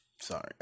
Sorry